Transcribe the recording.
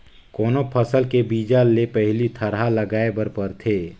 कोनो फसल के बीजा ले पहिली थरहा लगाए बर परथे